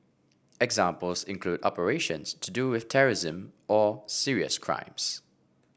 examples include operations to do with terrorism or serious crimes